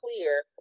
clear